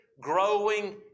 growing